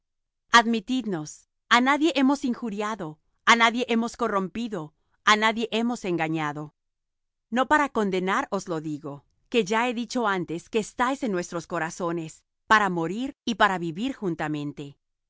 admitidnos á nadie hemos injuriado á nadie hemos corrompido á nadie hemos engañado no para condenar os lo digo que ya he dicho antes que estáis en nuestros corazones para morir y para vivir juntamente